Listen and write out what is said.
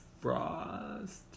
frost